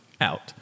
out